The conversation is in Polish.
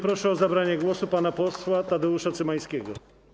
Proszę o zabranie głosu pana posła Tadeusza Cymańskiego.